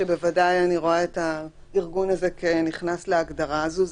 שבוודאי אני רואה את הארגון הזה כנכנס להגדרה הזו.